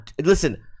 Listen